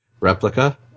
replica